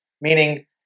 meaning